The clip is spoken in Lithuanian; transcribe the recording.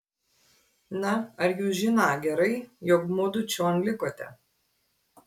na ar jūs žiną gerai jog mudu čion likote